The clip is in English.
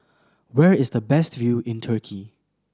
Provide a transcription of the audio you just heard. where is the best view in Turkey